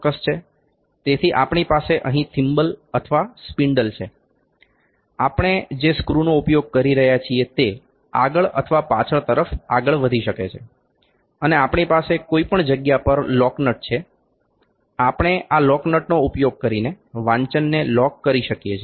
તેથી આપણી પાસે અહીં થિમ્બલ અથવા સ્પિન્ડલ છે આપણે જે સ્ક્રુનો ઉપયોગ કરી રહ્યા છીએ તે આગળ અથવા પાછળ તરફ આગળ વધી શકે છે અને આપણી પાસે કોઈ પણ જગ્યા પર લોક નટ છે આપણે આ લોક નટનો ઉપયોગ કરીને વાંચનને લોક કરી શકીએ છીએ